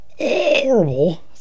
Horrible